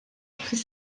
fis